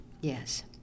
Yes